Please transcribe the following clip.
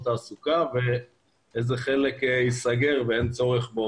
תעסוקה וחלק אחר ייסגר כי אין בו צורך,